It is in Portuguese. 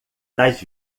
das